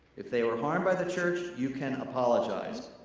if they were harmed by the church, you can apologize.